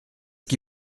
qui